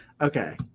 Okay